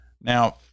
Now